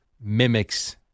mimics